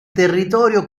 territorio